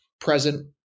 present